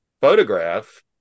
photograph